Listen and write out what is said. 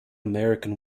american